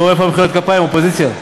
נו, איפה מחיאות הכפיים, אופוזיציה?